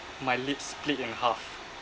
my lips split in half